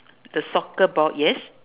the soccer ball yes